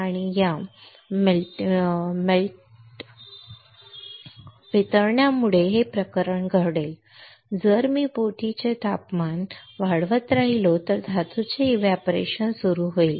आणि या मेल्टिंग मुळे हे प्रकरण घडेल जर मी बोटीचे हे तापमान वाढवत राहिलो तर धातूचे एव्हपोरेशन सुरू होईल